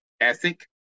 ethic